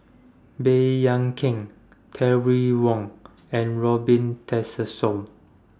Baey Yam Keng Terry Wong and Robin Tessensohn